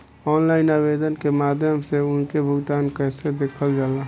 Online आवेदन के माध्यम से उनके भुगतान कैसे देखल जाला?